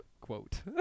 quote